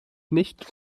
nicht